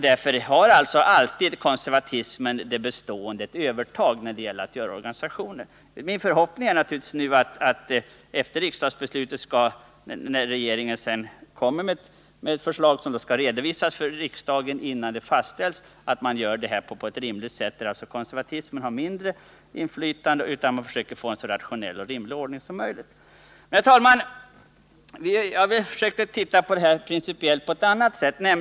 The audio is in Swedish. Därför har alltså konservatismen, det bestående, alltid ett övertag när det gäller att besluta om organisationer. Min förhoppning är nu att regeringen, när den sedan kommer med ett förslag som skall redovisas för riksdagen innan det fastställs, gör det på ett rimligt sätt, ger konservatismen mindre inflytande och försöker få en så rationell ordning som möjligt. Herr talman! Jag har försökt se på den här frågan ur en annan principiell synpunkt.